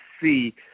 see